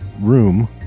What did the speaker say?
room